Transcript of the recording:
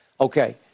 Okay